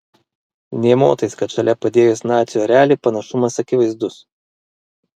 nė motais kad šalia padėjus nacių erelį panašumas akivaizdus